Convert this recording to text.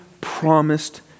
promised